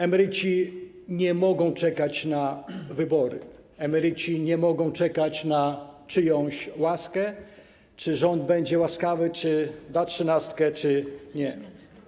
Emeryci nie mogą czekać na wybory, emeryci nie mogą czekać na czyjąś łaskę, czy rząd będzie łaskawy, czy da trzynastkę czy nie.